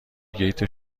گیت